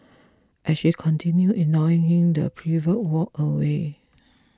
as she continued ignoring him the pervert walked away